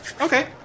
Okay